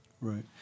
Right